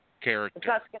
character